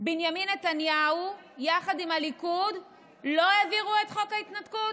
בנימין נתניהו עם הליכוד לא העבירו את חוק ההתנתקות?